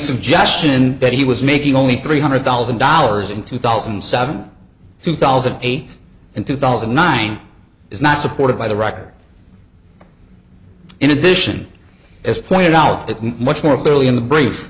suggestion that he was making only three hundred thousand dollars in two thousand and seven two thousand and eight and two thousand and nine is not supported by the record in addition as pointed out that much more clearly in the brief